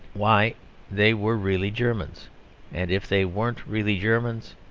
why they were really germans and if they weren't really germans,